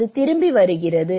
அது திரும்பி வருகிறது